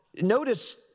Notice